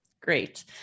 Great